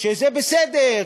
שזה בסדר,